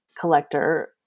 collector